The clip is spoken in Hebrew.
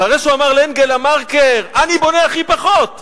אחרי שהוא אמר לאנגלה מרקל, אני בונה הכי פחות,